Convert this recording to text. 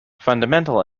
fundamental